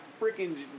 freaking